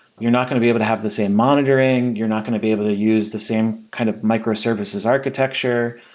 you're not going to be able to have the same monitoring you're not going to be able to use the same kind of microservices architecture.